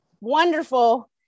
wonderful